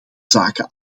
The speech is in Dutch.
zaken